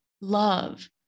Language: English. love